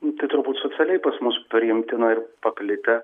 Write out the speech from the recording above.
nu tai turbūt socialiai pas mus priimtina ir paplitę